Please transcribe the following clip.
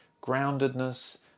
groundedness